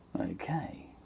Okay